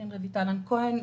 כהן,